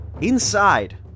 inside